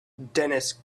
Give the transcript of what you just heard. dennis